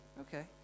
Okay